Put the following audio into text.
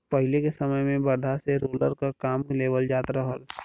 पहिले के समय में बरधा से रोलर क काम लेवल जात रहल